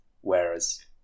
whereas